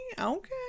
okay